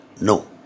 No